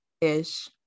ish